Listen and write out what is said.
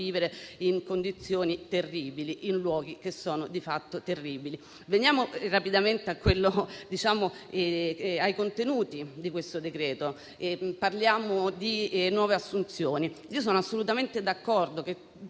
in condizioni che sono di fatto terribili. Veniamo rapidamente ai contenuti di questo decreto e parliamo di nuove assunzioni. Sono assolutamente d'accordo che